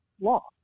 law